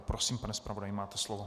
Prosím, pane zpravodaji, máte slovo.